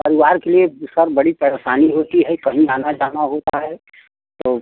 परिवार के लिए सर बड़ी परेशानी होती है कहीं आना जाना होता है तो